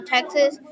Texas